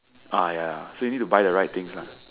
uh ya so you need to buy the right things lah